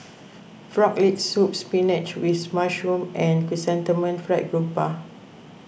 Frog Leg Soup Spinach with Mushroom and Chrysanthemum Fried Garoupa